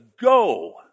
go